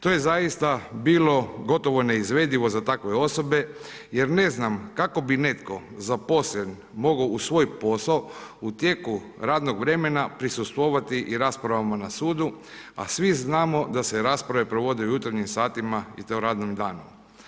To je zaista bilo gotovo neizvedivo za takve osobe jer ne znamo kako bi netko zaposlen uz svoj, u tijeku radnog vremena, prisustvovati i raspravama na sudu a svi znamo da se rasprave provode u jutarnjim satima i to radnim danom.